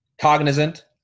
cognizant